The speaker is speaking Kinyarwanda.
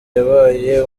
yabaye